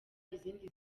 izindi